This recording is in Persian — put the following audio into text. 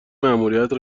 مأموریت